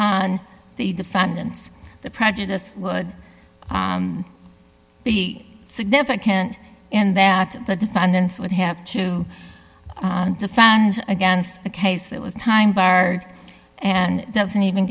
on the defendants the prejudice would be significant in that the defendants would have to defend against a case that was time bar and doesn't even